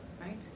right